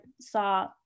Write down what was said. saw